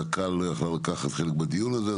קק"ל לא יכלה לקחת חלק בדיון הזה.